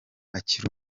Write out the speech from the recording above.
akiri